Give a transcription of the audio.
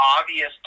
obvious